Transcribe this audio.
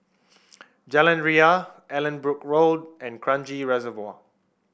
Jalan Ria Allanbrooke Road and Kranji Reservoir